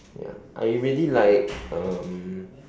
ya I really like um